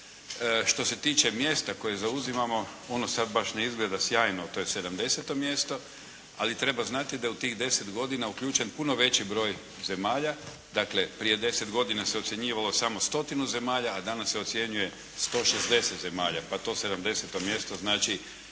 Što se tiče mjesta koje zauzimamo ono sad baš ne izgleda sjajno. To je 70. mjesto ali treba znati da je u tih 10 godina uključen puno veći broj zemalja. Dakle prije 10 godina se ocjenjivalo samo stotinu zemalja a danas se ocjenjuje 160 zemalja pa to 70. mjesto znači